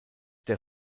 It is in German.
der